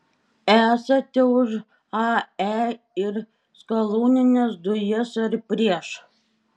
esate už ae ir skalūnines dujas ar prieš